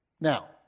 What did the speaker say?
Now